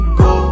go